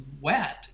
wet